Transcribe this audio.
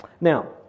Now